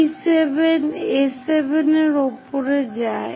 P7 A7 এর উপরে যায়